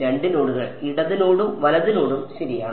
2 നോഡുകൾ ഇടത് നോഡും വലത് നോഡും ശരിയാണ്